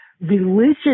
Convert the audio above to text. religious